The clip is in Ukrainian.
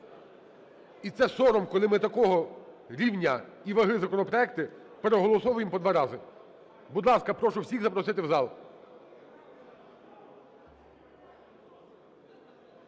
І це сором, коли ми такого рівня і ваги законопроекти переголосовуємо по два рази! Будь ласка, прошу всіх запросити в зал.